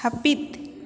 ᱦᱟᱹᱯᱤᱫ